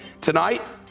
Tonight